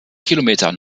kilometer